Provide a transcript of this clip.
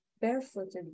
barefooted